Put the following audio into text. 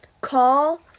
Call